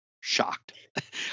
shocked